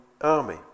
army